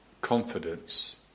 confidence